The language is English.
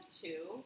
two